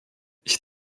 ich